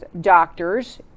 doctors